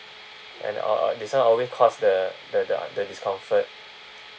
and uh this [one] only caused the the the the discomfort